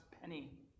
penny